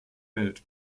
welt